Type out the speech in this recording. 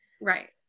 Right